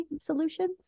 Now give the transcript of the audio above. Solutions